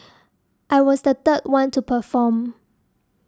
I was the third one to perform